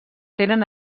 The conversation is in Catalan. tenen